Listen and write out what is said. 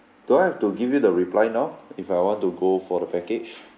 do I have to give you the reply now if I want to go for the package